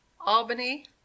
albany